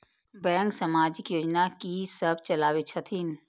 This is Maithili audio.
बैंक समाजिक योजना की सब चलावै छथिन?